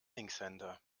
linkshänder